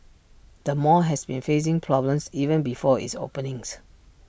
the mall has been facing problems even before its openings